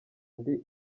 ndi